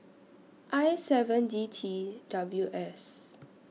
I seven D T W S